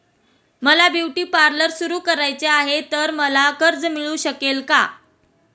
मला beauty parlour सुरू करायचे आहे तर मला कर्ज मिळू शकेल का?